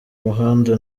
muhanda